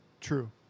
True